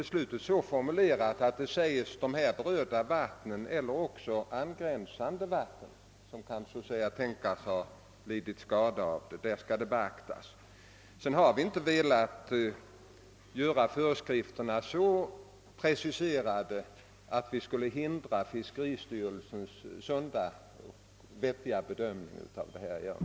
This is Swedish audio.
Beslutet är så formulerat att det gäller de angivna vattnen eller angränsande vatten som kan tänkas ha lidit skada. Vi har inte velat göra föreskrifterna så preciserade att vi hindrar fiskeristyrelsens sunda och vettiga bedömning härav.